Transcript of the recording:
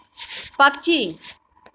पक्षी